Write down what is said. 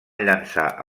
llençar